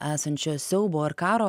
esančio siaubo ir karo